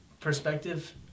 perspective